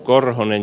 korhonen